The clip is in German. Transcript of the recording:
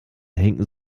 hinken